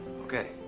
Okay